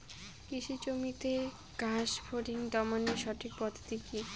কৃষি জমিতে ঘাস ফরিঙ দমনের সঠিক পদ্ধতি কি?